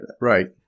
right